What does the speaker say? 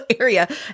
area